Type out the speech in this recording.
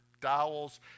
dowels